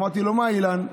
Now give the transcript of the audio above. אמרתי לו: מה, אילן?